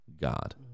God